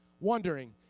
wondering